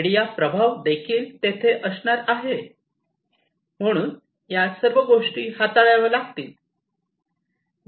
media प्रभाव देखील तेथे असणार आहे म्हणून या सर्व गोष्टी हाताळाव्या लागतील